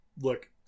look